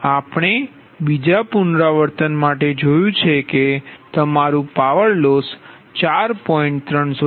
તેથી આપણે બીજા પુનરાવત્તન જોયુ છે કે તમારુ પાવર લોસ 4